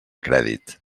crèdit